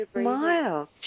smile